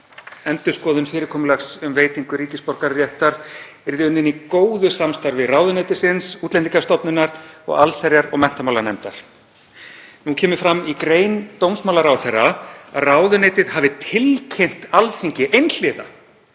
endurskoðun fyrirkomulags um veitingu ríkisborgararéttar yrði unnin í góðu samstarfi ráðuneytisins, Útlendingastofnunar og allsherjar- og menntamálanefndar. Nú kemur fram í grein dómsmálaráðherra að ráðuneytið hafi tilkynnt Alþingi einhliða